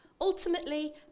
Ultimately